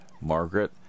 Margaret